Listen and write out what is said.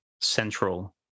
central